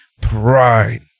pride